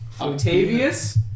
Octavius